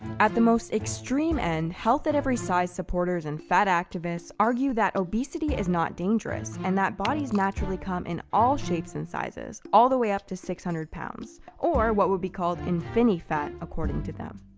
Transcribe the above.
at the most extreme end, health at every size supporters and fat activists argue that obesity is not dangerous, and that bodies naturally come in all shapes and sizes, all the way up to six hundred pounds, or what would be called infinifat according to them.